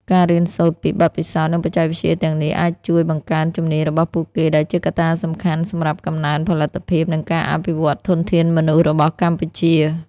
ការរៀនសូត្រពីបទពិសោធន៍ និងបច្ចេកវិទ្យាទាំងនេះអាចជួយបង្កើនជំនាញរបស់ពួកគេ ដែលជាកត្តាសំខាន់សម្រាប់កំណើនផលិតភាព និងការអភិវឌ្ឍន៍ធនធានមនុស្សរបស់កម្ពុជា។